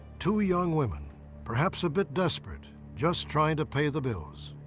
two young women perhaps a bit desperate just trying to pay the bills.